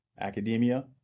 academia